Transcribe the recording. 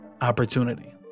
opportunity